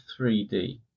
3D